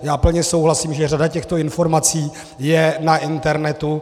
Já plně souhlasím, že řada těchto informací je na internetu.